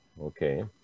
okay